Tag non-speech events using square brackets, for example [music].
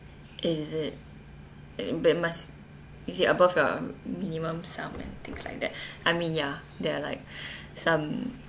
is it but must is it above your minimum sum and things like that I mean ya there are like [breath] some